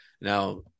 Now